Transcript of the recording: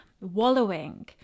wallowing